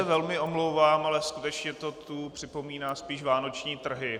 Velmi se omlouvám, ale skutečně to tu připomíná spíš vánoční trhy.